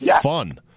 Fun